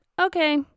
okay